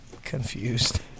confused